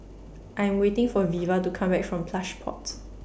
I Am waiting For Veva to Come Back from Plush Pods